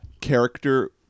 character